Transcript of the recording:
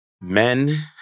men